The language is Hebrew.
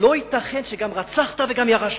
לא ייתכן שגם רצחת וגם ירשת.